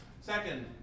Second